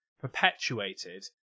Perpetuated